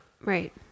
Right